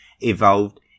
evolved